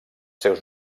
seus